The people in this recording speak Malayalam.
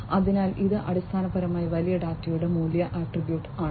അതിനാൽ ഇത് അടിസ്ഥാനപരമായി വലിയ ഡാറ്റയുടെ മൂല്യ ആട്രിബ്യൂട്ട് ആണ്